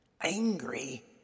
angry